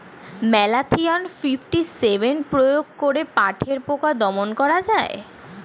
Malathion fifty seven প্রয়োগ করে পাটের পোকা দমন করা যায়?